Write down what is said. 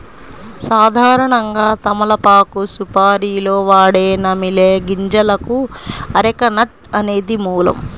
సాధారణంగా తమలపాకు సుపారీలో వాడే నమిలే గింజలకు అరెక నట్ అనేది మూలం